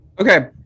Okay